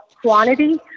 quantity